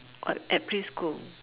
what at preschool go